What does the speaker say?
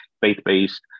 faith-based